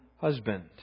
husband